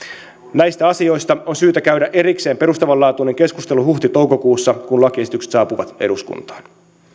näistä asioista on syytä käydä erikseen perustavanlaatuinen keskustelu huhti toukokuussa kun lakiesitykset saapuvat eduskuntaan